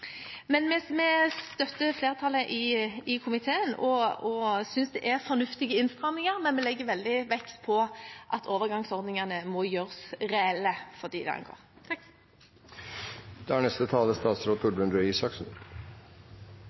Vi støtter flertallet i komiteen og synes det er fornuftige innstramninger, men vi legger veldig vekt på at overgangsordningene må gjøres reelle for dem det angår.